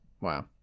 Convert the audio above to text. Wow